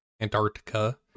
Antarctica